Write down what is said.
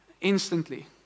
Instantly